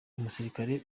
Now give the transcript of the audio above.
umusirikare